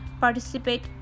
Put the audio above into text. participate